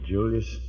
Julius